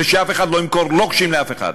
ושאף אחד לא ימכור לוקשים לאף אחד,